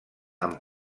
amb